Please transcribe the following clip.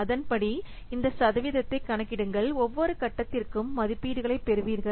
அதன்படி இந்த சதவீதத்தை கணக்கிடுங்கள் ஒவ்வொரு கட்டத்திற்கும் மதிப்பீடுகளைப் பெறுவீர்கள்